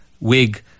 wig